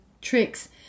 tricks